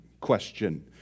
question